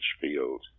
field